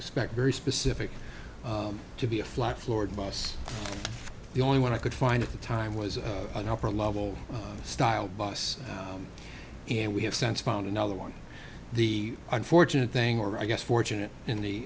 spec spec very specific to be a flat floored bus the only one i could find at the time was an upper level style bus and we have since found another one the unfortunate thing or i guess fortunate in the